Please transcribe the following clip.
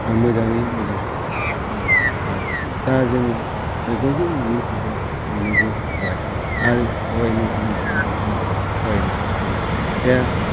मोजाङैनो मोजां जाफुंनो हाबाय दा जोङो मेगनजों नुयैखौबो नुनोबो हाबाय आरो फरायनो रोङैखौबो जोङो फरायनो हाबाय दा